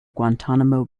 guantanamo